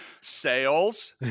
sales